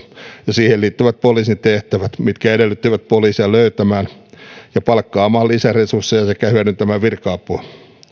ja siihen liittyvät poliisin tehtävät mitkä edellyttivät poliisia löytämään ja palkkaamaan lisäresursseja sekä hyödyntämään virka apua